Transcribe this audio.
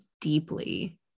deeply